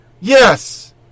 Yes